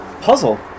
puzzle